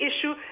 issue